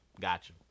Gotcha